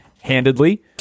handedly